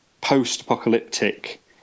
post-apocalyptic